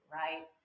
right